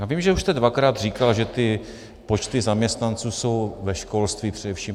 Vím, že už jste dvakrát říkal, že počty zaměstnanců jsou ve školství, především.